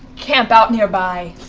camp out nearby,